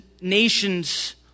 nation's